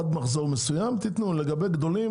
לגבי גדולים